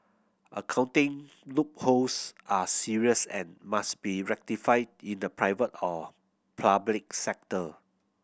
accounting loopholes are serious and must be rectified in the private or public sector